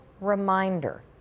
reminder